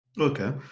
Okay